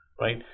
right